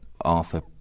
Arthur